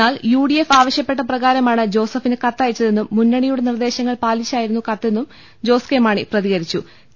എന്നാൽ U D F ആവശ്യപ്പെട്ട പ്രകാരമാണ് ജോസ ഫിന് കത്തയച്ചതെന്നും മുന്നണിയുടെ നിർദേശങ്ങൾ പാലിച്ചാ യിരുന്നു കത്തെന്നും ജോസ് കെ മാണി പ്രതികരിച്ചു്